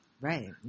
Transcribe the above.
Right